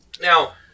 Now